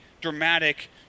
dramatic